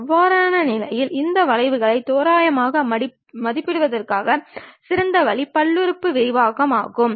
அவ்வாறான நிலையில் இந்த வளைவை தோராயமாக மதிப்பிடுவதற்கான சிறந்த வழி பல்லுறுப்பு விரிவாக்கங்கள் ஆகும்